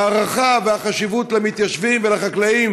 ההערכה והחשיבות למתיישבים ולחקלאים,